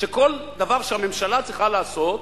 שכל דבר שהממשלה צריכה לעשות,